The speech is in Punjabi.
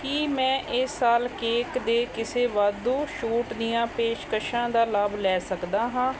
ਕੀ ਮੈਂ ਇਸ ਸਾਲ ਕੇਕ ਦੇ ਕਿਸੇ ਵਾਧੂ ਛੋਟ ਦੀਆਂ ਪੇਸ਼ਕਸ਼ਾਂ ਦਾ ਲਾਭ ਲੈ ਸਕਦਾ ਹਾਂ